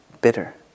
bitter